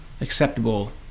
acceptable